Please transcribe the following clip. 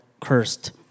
cursed